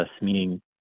meaning